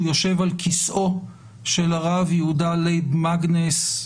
יושב על כיסאו של הרב יהודה לייב מאגנס,